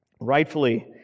Rightfully